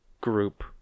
group